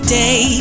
day